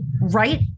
right